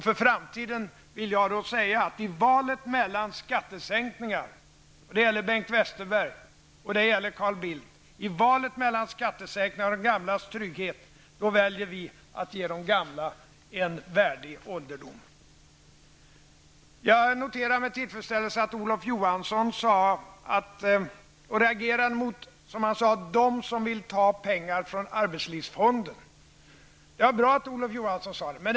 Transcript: För framtiden vill jag säga att i valet mellan skattesänkningar -- detta riktat till Bengt Westerberg och Carl Bildt -- och de gamlas trygghet väljer vi att ge de gamla en värdig ålderdom. Jag noterar med tillfredsställelse att Olof Johansson reagerade mot, som han uttryckte det, dem som vill ta pengar från arbetslivsfonden. Det är bra att Olof Johansson sade det.